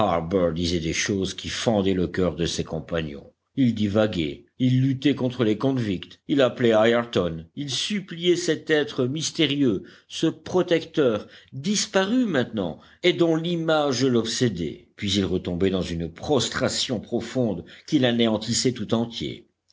disait des choses qui fendaient le coeur de ses compagnons il divaguait il luttait contre les convicts il appelait ayrton il suppliait cet être mystérieux ce protecteur disparu maintenant et dont l'image l'obsédait puis il retombait dans une prostration profonde qui l'anéantissait tout entier